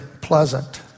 pleasant